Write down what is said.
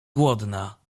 głodna